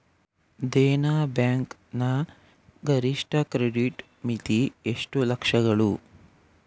Dena bank ನ ಗರಿಷ್ಠ credit ಮಿತಿ ಎಷ್ಟು ಲಕ್ಷಗಳು?